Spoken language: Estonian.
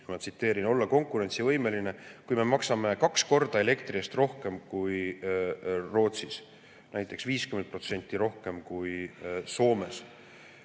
ma tsiteerin – olla konkurentsivõimeline, kui me maksame kaks korda elektri eest rohkem kui Rootsis ja näiteks 50% rohkem kui Soomes?